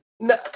no